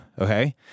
Okay